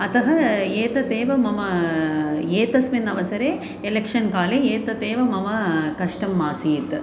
अतः एतदेव मम एतस्मिन् अवसरे एलेक्षन्काले एतदेव मम कष्टम् आसीत्